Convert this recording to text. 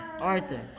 Arthur